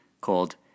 called